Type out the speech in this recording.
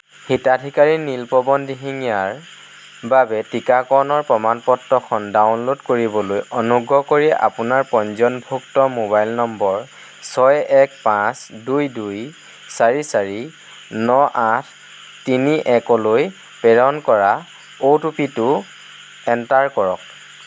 হিতাধিকাৰী নীলপৱন দিহিঙীয়াৰ বাবে টীকাকৰণৰ প্ৰমাণ পত্ৰখন ডাউনলোড কৰিবলৈ অনুগ্ৰহ কৰি আপোনাৰ পঞ্জীয়নভুক্ত মোবাইল নম্বৰ ছয় এক পাঁচ দুই দুই চাৰি চাৰি ন আঠ তিনি একলৈ প্ৰেৰণ কৰা অ'টিপিটো এণ্টাৰ কৰক